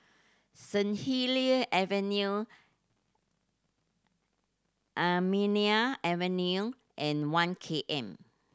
Saint Helier Avenue Avenue and One K M